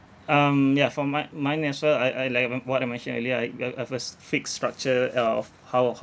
um ya for mi~ mine as well I I like have um what I mentioned earlier I uh I've us fixed structure of how how